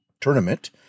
tournament